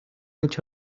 mitja